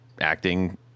acting